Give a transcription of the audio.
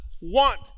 want